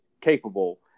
capable